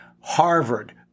Harvard